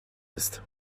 ist